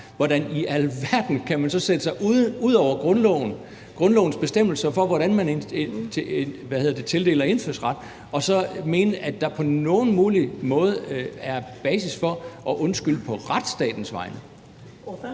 Hvordan i alverden kan man så sætte sig ud over grundlovens bestemmelser om, hvordan man tildeler indfødsret, og mene, at der på nogen mulig måde er basis for at undskylde på retsstatens vegne?